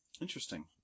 Interesting